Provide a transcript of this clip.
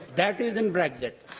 that isn't brexit.